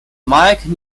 mike